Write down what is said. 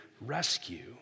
rescue